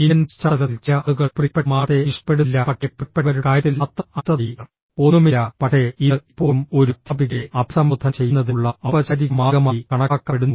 Indian പശ്ചാത്തലത്തിൽ ചില ആളുകൾ പ്രിയപ്പെട്ട മാഡത്തെ ഇഷ്ടപ്പെടുന്നില്ല പക്ഷേ പ്രിയപ്പെട്ടവരുടെ കാര്യത്തിൽ അത്ര അടുത്തതായി ഒന്നുമില്ല പക്ഷേ ഇത് ഇപ്പോഴും ഒരു അധ്യാപികയെ അഭിസംബോധന ചെയ്യുന്നതിനുള്ള ഔപചാരിക മാർഗമായി കണക്കാക്കപ്പെടുന്നു